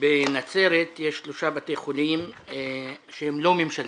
בנצרת יש שלושה בתי חולים שהם לא ממשלתיים.